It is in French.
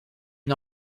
une